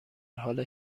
حال